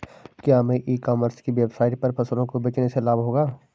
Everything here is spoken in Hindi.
क्या हमें ई कॉमर्स की वेबसाइट पर फसलों को बेचने से लाभ होगा?